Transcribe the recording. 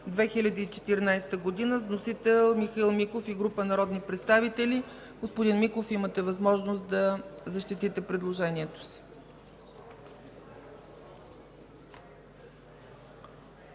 2014 г. Вносители – Михаил Миков и група народни представители. Господин Миков, имате възможност да защитите предложението си.